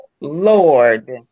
Lord